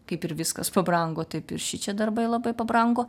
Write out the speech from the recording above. kaip ir viskas pabrango taip ir šičia darbai labai pabrango